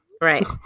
Right